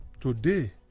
today